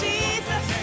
Jesus